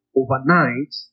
overnight